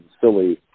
silly